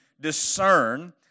discern